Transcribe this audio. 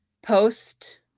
Post